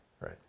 Right